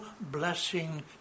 blessing